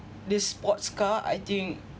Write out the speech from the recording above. this sports car I think